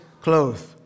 clothes